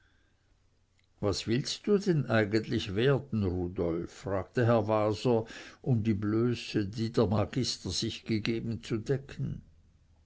was willst du denn eigentlich werden rudolf fragte herr waser um die blöße die der magister sich gegeben zu decken